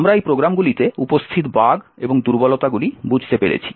আমরা এই প্রোগ্রামগুলিতে উপস্থিত বাগ এবং দুর্বলতাগুলি বুঝতে পেরেছি